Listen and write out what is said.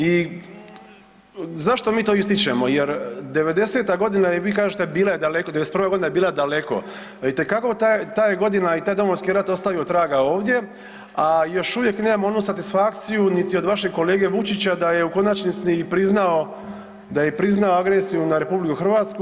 I zašto mi to ističemo, jer '90. godina i vi kažete bila je daleko, '91. godina je bila daleko, itekako ta je godina i taj Domovinski rat ostavio traga ovdje, a još uvijek nemamo onu satisfakciju niti od vašeg kolege Vučića da je u konačnici i priznao, da je priznao agresiju na RH.